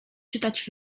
czytać